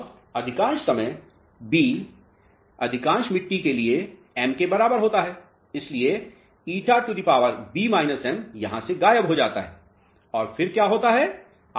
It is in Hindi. अब अधिकांश समय B अधिकांश मिट्टी के लिए m के बराबर होता है इसलिए ηB m यहां से गायब हो जाता है और फिर क्या होता है